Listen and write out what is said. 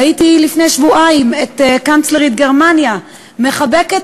ראיתי לפני שבועיים את קנצלרית גרמניה מחבקת